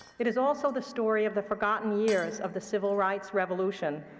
it is also the story of the forgotten years of the civil rights revolution,